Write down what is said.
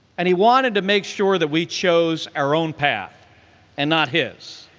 and he wanted to make sure that we chose our own path and not his,